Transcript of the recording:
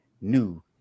new